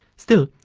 still,